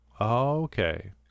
Okay